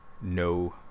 no